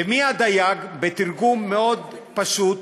ומי הדייג, בתרגום מאוד פשוט?